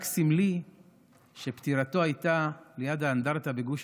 רק סמלי שפטירתו הייתה ליד האנדרטה בגוש